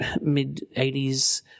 mid-80s